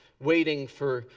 waiting for,